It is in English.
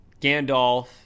Gandalf